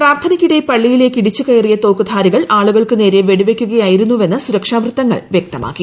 പ്രാർത്ഥനയ്ക്കിടെ പളളിയിലേക്ക് ഇടിച്ചുകയറിയ തോക്കുധാരികൾ ആളുകൾക്ക് നേരെ വെടിവയ്ക്കുകയായിരുന്നുവെന്ന് സുരക്ഷാ വൃത്തങ്ങൾ വ്യക്തമാക്കി